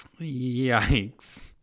Yikes